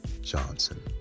Johnson